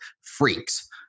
freaks